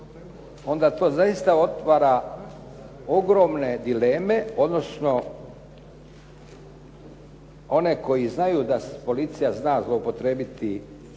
onda to zaista otvara ogromne dileme odnosno one koji znaju da policija zna zloupotrijebiti